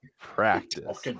practice